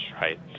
right